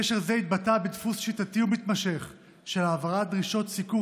קשר זה התבטא בדפוס שיטתי ומתמשך של העברת דרישות סיקור